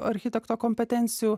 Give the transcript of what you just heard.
architekto kompetencijų